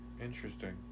Interesting